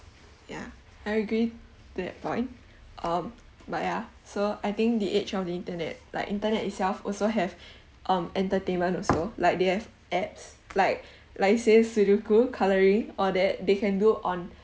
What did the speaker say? ya I agree to that point um but ah so I think the age of the internet like internet itself also have um entertainment also like they have apps like like say sudoku colouring all that they can do on